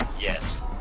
yes